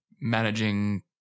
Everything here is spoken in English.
managing